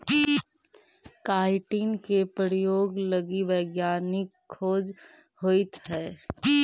chitin के प्रयोग लगी वैज्ञानिक खोज होइत हई